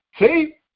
See